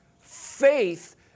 faith